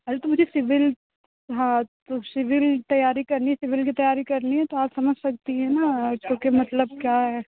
अरे तो मुझे सिविल हाँ तो सिविल तैयारी करनी सिविल की तैयारी करनी है तो आप हमें समझ सकती हैं ना कि मतलब क्या